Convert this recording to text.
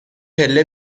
پله